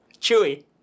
chewy